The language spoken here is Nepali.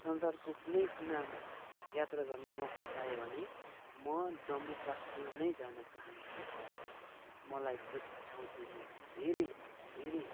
संसारको कुनै कुनामा यात्रा गर्ने मौका पाएँ भने म जम्मू कश्मीर नै जान चाहन्छु मलाई त्यस ठाउँदैखि धेरै धेरै